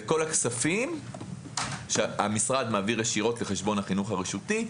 זה כל הכספים שהמשרד מעביר ישירות לחשבון החינוך הרשותי,